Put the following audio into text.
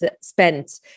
spent